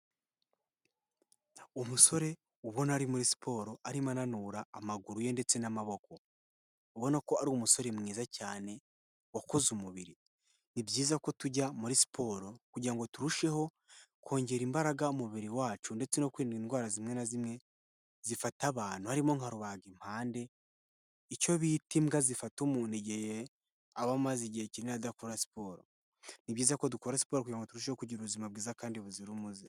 Umusore ubona ari muri siporo, arimo ananura amaguru ye ndetse n'amaboko. Ubona ko ari umusore mwiza cyane wakoze umubiri. Ni byiza ko tujya muri siporo, kugira ngo turusheho kongera imbaraga mu mubiri wacu ndetse no kwirinda indwara zimwe na zimwe, zifata abantu. Harimo nka rubangimpande, icyo bita imbwa zifata umuntu igihe aba amaze igihe kinini adakora siporo. Ni byiza ko dukora siporo kugira ngo turusheho kugira ubuzima bwiza kandi buzira umuze.